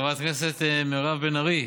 חברת הכנסת מירב בן ארי,